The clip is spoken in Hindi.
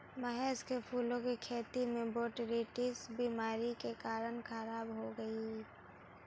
महेश के फूलों की खेती बोटरीटिस बीमारी के कारण खराब हो गई